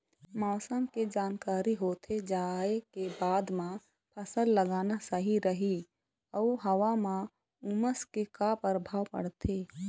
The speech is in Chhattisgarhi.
मौसम के जानकारी होथे जाए के बाद मा फसल लगाना सही रही अऊ हवा मा उमस के का परभाव पड़थे?